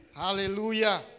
Hallelujah